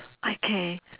okay